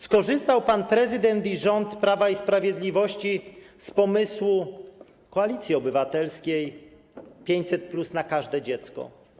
Skorzystał pan prezydent i rząd Prawa i Sprawiedliwości z pomysłu Koalicji Obywatelskiej: 500+ na każde dziecko.